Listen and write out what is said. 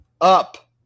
Up